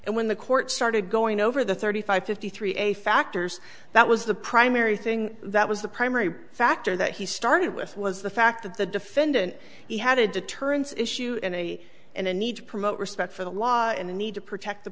and when the court started going over the thirty five fifty three a factors that was the primary thing that was the primary factor that he started with was the fact that the defendant he had a deterrence issue and a and a need to promote respect for the law and the need to protect the